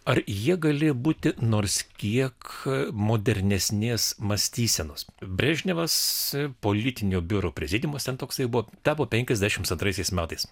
ar jie galųjo būti nors kiek modernesnės mąstysenos brežnevas politinio biuro prezidiumas ten toksai buvo tavo penkiasdešimt antraisiais metais